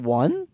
one